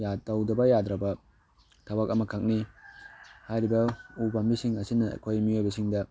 ꯇꯧꯗꯕ ꯌꯥꯗ꯭ꯔꯕ ꯊꯕꯛ ꯑꯃꯈꯛꯅꯤ ꯍꯥꯏꯔꯤꯕ ꯎ ꯄꯥꯝꯕꯤꯁꯤꯡ ꯑꯁꯤꯅ ꯑꯩꯈꯣꯏ ꯃꯤꯑꯣꯏꯕꯁꯤꯡꯗ